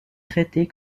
traitée